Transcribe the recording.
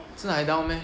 真的还 down meh